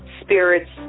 spirits